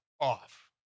off